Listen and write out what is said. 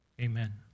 Amen